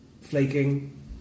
flaking